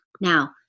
Now